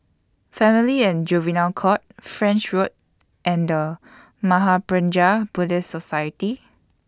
Family and Juvenile Court French Road and The Mahaprajna Buddhist Society